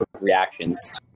reactions